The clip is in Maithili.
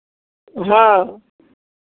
हँ